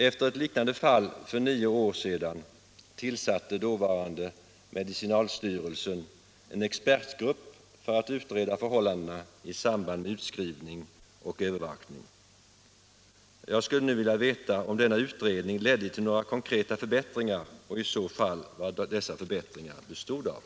Efter ett liknande fall för nio år sedan tillsatte dåvarande medicinalstyrelsen en expertgrupp för utredning av förhållandena i samband med utskrivning och övervakning. Jag skulle nu vilja veta om denna utredning ledde till några konkreta förbättringar och, i så fall, vad dessa förbättringar bestod i.